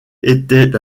était